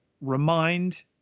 remind